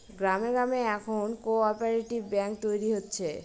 গ্রামে গ্রামে এখন কোঅপ্যারেটিভ ব্যাঙ্ক তৈরী হচ্ছে